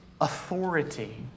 authority